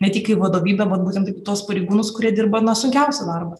ne tik į vadovybę bet būtent į tuos pareigūnus kurie dirba na sunkiausią darbas